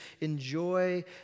enjoy